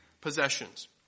possessions